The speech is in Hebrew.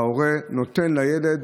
ההורה נותן לילד